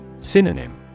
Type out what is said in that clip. Synonym